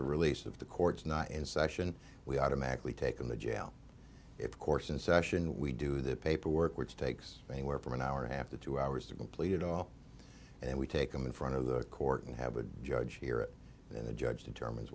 of release of the court's not in session we automatically take in the jail if course in session we do the paperwork which takes anywhere from an hour have to two hours to complete it all and we take them in front of the court and have a judge here and the judge determines